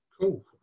cool